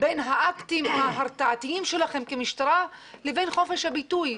בין האקטים ההרתעתיים שלכם כמשטרה לבין חופש הביטוי.